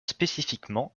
spécifiquement